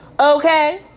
Okay